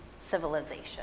civilization